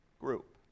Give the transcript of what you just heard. group